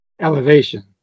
elevation